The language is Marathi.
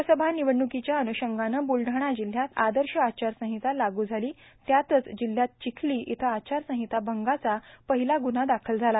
लोकसभा निवडण्कोच्या अन्षंगानं ब्लढाणा जिल्ह्यात आदश आचारसंगहता लागू झालां त्यातच जिल्ह्यातील चिखलां इथं आचारसंगहता भंगाचा पाहला गुन्हा दाखल झाला